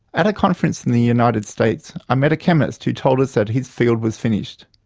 at a conference in the united states i met a chemist who told us that his field was finished.